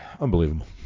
Unbelievable